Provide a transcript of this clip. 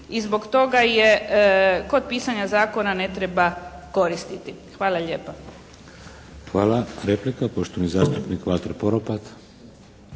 i zbog toga je kod pisanja zakona ne treba koristiti. Hvala lijepa. **Šeks, Vladimir (HDZ)** Hvala. Replika, poštovani zastupnik Valter Poropat.